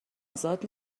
ازاد